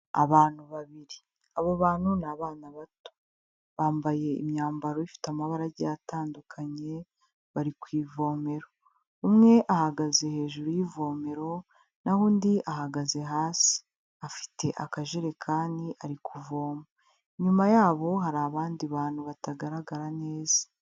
Abantu babiri, abo bantu ni abana bato, bambaye imyambaro ifite amabara agiye atandukanye bari ku ivomero, umwe ahagaze hejuru y'ivomero na ho undi ahagaze hasi, afite akajerekani ari kuvoma, inyuma yabo hari abandi bantu batagaragara neza.